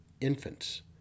infants